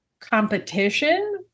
competition